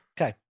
Okay